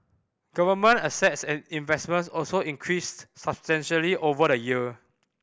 government assets and investments also increased substantially over the year